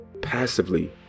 passively